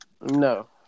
No